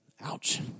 Ouch